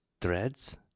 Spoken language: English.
threads